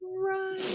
Right